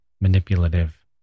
manipulative